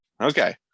Okay